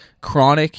chronic